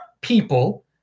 people